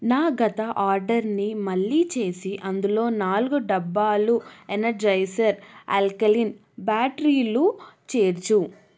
నా గత ఆర్డర్ని మళ్ళీ చేసి అందులో నాలుగు డబ్బాలు ఎనర్జైసర్ ఆల్కలీన్ బ్యాటరీలు చేర్చు